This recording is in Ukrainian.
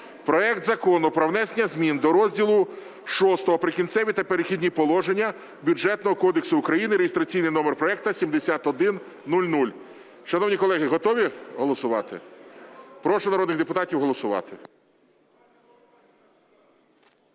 проект Закону про внесення до розділу VI "Прикінцеві та перехідні положення" Бюджетного кодексу України (реєстраційний номер проекту 7100). Шановні колеги, готові голосувати? Прошу народних депутатів голосувати.